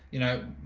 you know,